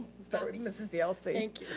start with mrs. yelsey. thank